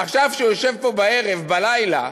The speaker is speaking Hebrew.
עכשיו כשהוא יושב פה בערב, בלילה,